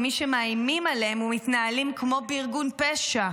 מי שמאיימים עליהם ומתנהלים כמו בארגון פשע?